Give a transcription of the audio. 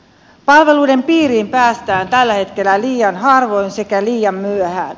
palveluiden piiriin päästään tällä hetkellä liian harvoin sekä liian myöhään